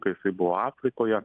kai jisai buvo afrikoje